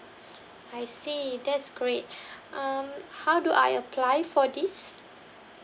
I see that's great um how do I apply for this